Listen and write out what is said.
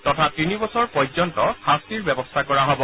তথা তিনিবছৰ পৰ্যন্ত শাস্তিৰ ব্যৱস্থা কৰা হব